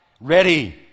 ready